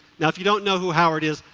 now if you don't know who howard is,